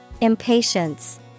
Impatience